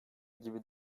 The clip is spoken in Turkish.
gibi